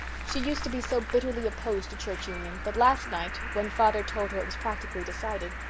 she used to be so bitterly opposed to church union. but last night, when father told her it was practically decided,